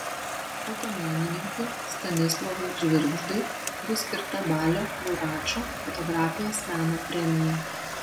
fotomenininkui stanislovui žvirgždui bus skirta balio buračo fotografijos meno premija